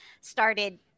started